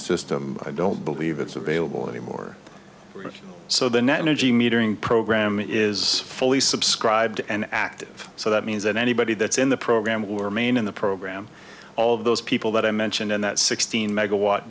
system i don't believe it's available anymore so the net energy metering program is fully subscribed and active so that means that anybody that's in the program were main in the program all of those people that i mentioned in that sixteen megawa